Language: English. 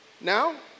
now